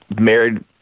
married